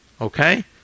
Okay